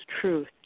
truth